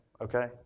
Okay